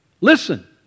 Listen